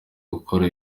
gukora